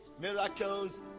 miracles